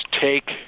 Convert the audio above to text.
take